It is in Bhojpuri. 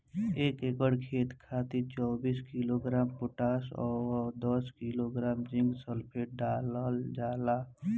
एक एकड़ खेत खातिर चौबीस किलोग्राम पोटाश व दस किलोग्राम जिंक सल्फेट डालल जाला?